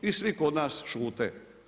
I svi kod nas šute.